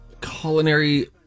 culinary